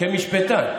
כמשפטן,